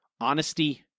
honesty